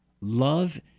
Love